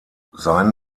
seinen